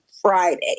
Friday